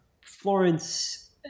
Florence